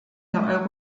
der